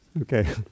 Okay